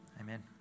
Amen